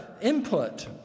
input